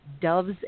Doves